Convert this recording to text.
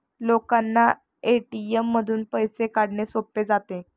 लोकांना ए.टी.एम मधून पैसे काढणे सोपे जाते